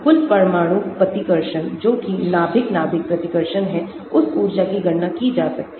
कुल परमाणु प्रतिकर्षण जो कि नाभिक नाभिक प्रतिकर्षण है उस उर्जा की गणना की जा सकती है